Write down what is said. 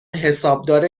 حسابدار